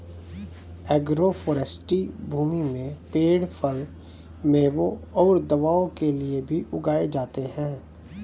agroforestry भूमि में पेड़ फल, मेवों और दवाओं के लिए भी उगाए जाते है